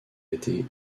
été